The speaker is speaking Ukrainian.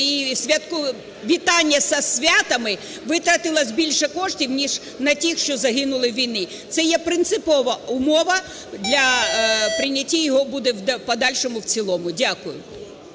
і вітання зі святами витратилось більше коштів ніж на тих, що загинули у війні. Це є принципова умова для прийняття його в подальшому в цілому. Дякую.